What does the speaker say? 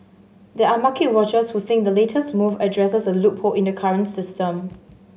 there are market watchers who think the latest move addresses a loophole in the current system